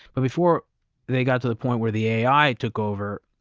but before they got to the point where the ai took over,